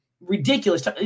ridiculous